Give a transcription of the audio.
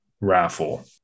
raffle